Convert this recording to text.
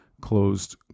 closed